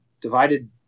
divided